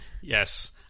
Yes